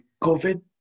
COVID